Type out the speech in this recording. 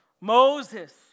Moses